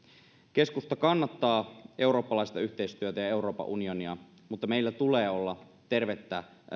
keskusta kannattaa eurooppalaista yhteistyötä ja euroopan unionia mutta meillä tulee olla tervettä